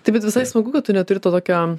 tai bet visai smagu kad tu neturi to tokio